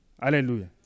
Hallelujah